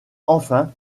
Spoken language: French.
enfin